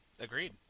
Agreed